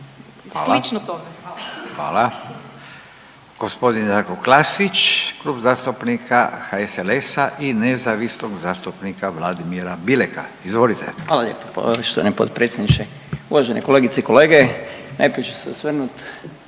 Furio (Nezavisni)** Hvala. Gospodin Darko Klasić, Klub zastupnika HSLS-a i nezavisnog zastupnika Vladimira Bileka, izvolite. **Klasić, Darko (HSLS)** Hvala lijepo poštovani potpredsjedniče. Uvažene kolegice i kolege, najprije ću se osvrnut